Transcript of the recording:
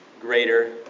greater